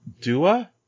Dua